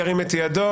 ירים את ידו.